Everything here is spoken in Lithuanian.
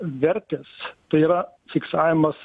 vertės tai yra fiksavimas